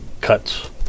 Cuts